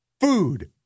food